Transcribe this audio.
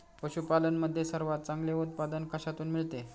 पशूपालन मध्ये सर्वात चांगले उत्पादन कशातून मिळते?